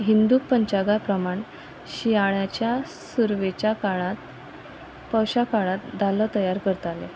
हिंदू पंचागा प्रमाण शियाळ्याच्या सुरवेच्या काळांत पौशा काळांत दालो तयार करताले